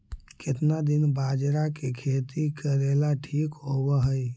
केतना दिन बाजरा के खेती करेला ठिक होवहइ?